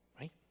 right